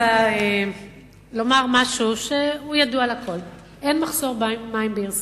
אני רוצה לומר משהו שהוא ידוע לכול: אין מחסור במים בישראל.